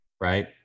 right